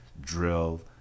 drill